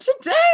today